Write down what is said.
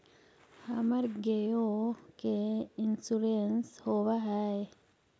हमर गेयो के इंश्योरेंस होव है?